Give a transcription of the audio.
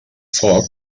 foc